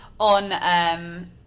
on